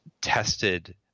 tested